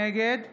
נגד